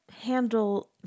handle